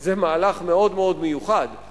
זה מהלך מאוד מאוד מיוחד.